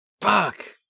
Fuck